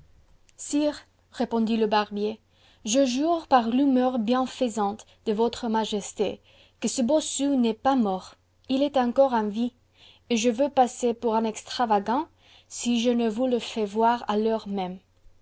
sire répondit le barbier je jure par l'humeur bienfaisante de votre majesté que ce bossu n'est pas mort il est encore en vie et je veux passer pour un extravagant si je ne vous le fais voir à l'heure même